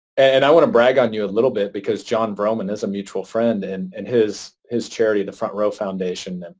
and i want to brag on you a little bit because jon vroman who's a mutual friend and and his his charity, the front row foundation, and